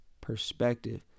perspective